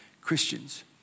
Christians